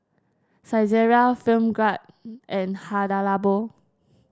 Saizeriya Film Grade and Hada Labo